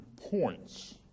points